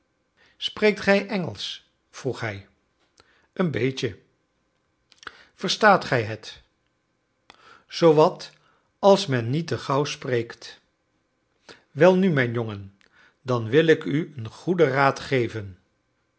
spreekt gij engelsch vroeg hij een beetje verstaat gij het zoowat als men niet te gauw spreekt welnu mijn jongen dan wil ik u een goeden raad geven